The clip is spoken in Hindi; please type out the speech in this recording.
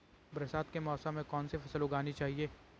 बरसात के मौसम में कौन सी फसल उगानी चाहिए?